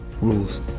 rules